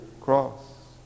cross